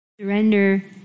Surrender